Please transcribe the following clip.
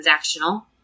transactional